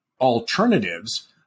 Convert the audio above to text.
alternatives